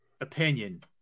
opinion